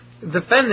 defendant